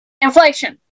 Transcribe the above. inflation